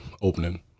opening